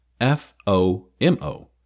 F-O-M-O